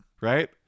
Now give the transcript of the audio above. Right